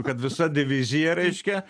kad visa divizija reiškia